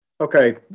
Okay